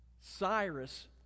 Cyrus